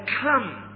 come